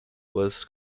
was